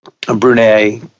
Brunei